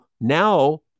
now